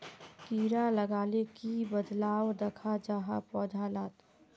कीड़ा लगाले की बदलाव दखा जहा पौधा लात?